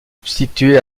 substituer